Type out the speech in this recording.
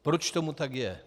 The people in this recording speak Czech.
Proč tomu tak je?